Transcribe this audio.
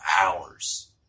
hours